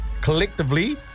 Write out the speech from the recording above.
collectively